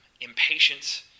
impatience